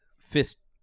fist